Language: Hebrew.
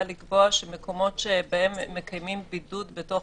לקבוע שבמקומות שבהם מקיימים בידוד בתוך